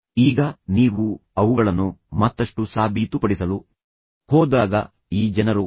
ಈಗ ನೀವು ಅವುಗಳನ್ನು ಮತ್ತಷ್ಟು ಸಾಬೀತುಪಡಿಸಲು ಹೋದಾಗ ಈ ಜನರು ಒತ್ತಡವನ್ನು ಹೇಗೆ ನಿಯಂತ್ರಿಸುವುದು ಎಂದು ಕಲಿತಿದ್ದಾರೆ